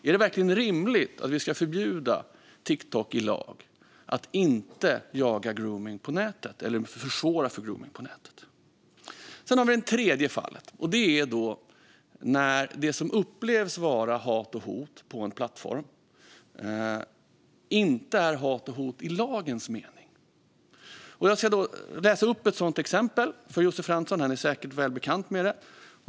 Är det verkligen rimligt att vi i lag ska förbjuda Tiktok att försvåra för gromning på nätet? Sedan har vi det tredje fallet, när det som upplevs vara hat och hot på en plattform inte är det i lagens mening. Jag ska läsa upp ett sådant exempel för Josef Fransson; han är säkert väl bekant med det.